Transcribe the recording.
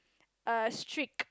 uh strict